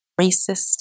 racist